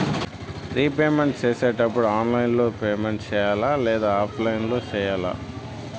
repayment సేసేటప్పుడు online లో payment సేయాలా లేదా ఆఫ్లైన్ లో సేయాలా